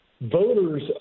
Voters